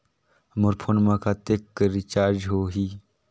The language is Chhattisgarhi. मोर फोन मा कतेक कर रिचार्ज हो ही?